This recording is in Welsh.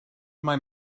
mai